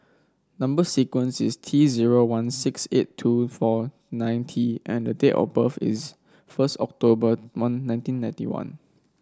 number sequence is T zero one six eight two four nine T and date of birth is first October one nineteen ninety one